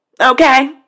Okay